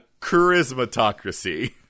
charismatocracy